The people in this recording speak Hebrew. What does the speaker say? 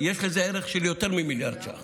יש לזה ערך של יותר ממיליארד שקל,